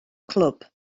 clwb